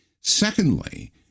Secondly